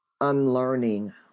unlearning